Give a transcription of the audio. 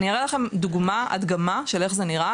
אני אראה לכם דוגמה איך זה נראה,